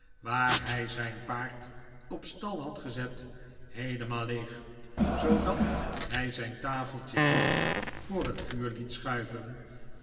waar hij zijn paard op stal had gezet heelemaal leeg zoodat hij zijn tafeltje dicht voor het vuur liet schuiven